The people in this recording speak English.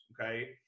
okay